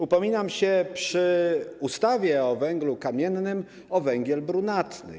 Upominam się przy ustawie o węglu kamiennym o węgiel brunatny.